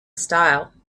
style